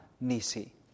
Nisi